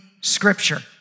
Scripture